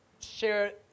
share